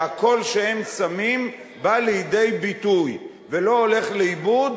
שהקול שהם שמים בא לידי ביטוי ולא הולך לאיבוד,